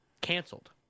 canceled